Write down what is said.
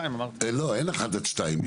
לא, מ-13:00 עד 14:00 אמרתי.